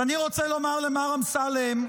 אז אני רוצה לומר למר אמסלם: